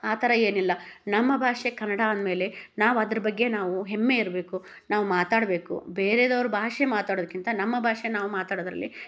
ಆ ಥರ ಏನಿಲ್ಲ ನಮ್ಮ ಭಾಷೆ ಕನ್ನಡ ಅಂದ್ಮೇಲೆ ನಾವು ಅದ್ರ ಬಗ್ಗೆ ನಾವು ಹೆಮ್ಮೆ ಇರಬೇಕು ನಾವು ಮಾತಾಡಬೇಕು ಬೇರೆದವ್ರ ಭಾಷೆ ಮಾತಾಡೋದ್ಕಿಂತ ನಮ್ಮ ಭಾಷೆ ನಾವು ಮಾತಾಡೋದರಲ್ಲಿ